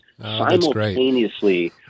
simultaneously